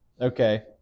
Okay